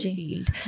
field